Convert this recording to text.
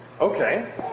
Okay